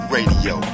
Radio